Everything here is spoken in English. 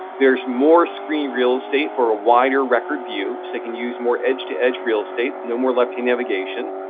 there's more screen real state for a wider record view, so they can use more edge-to-edge real estate. no more left-hand navigation.